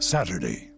Saturday